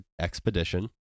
Expedition